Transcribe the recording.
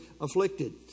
afflicted